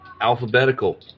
Alphabetical